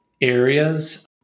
areas